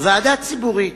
ועדה ציבורית.